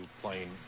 playing